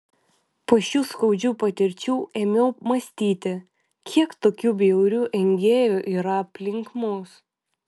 po šių skaudžių patirčių ėmiau mąstyti kiek tokių bjaurių engėjų yra aplink mus